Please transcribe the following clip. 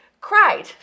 Cried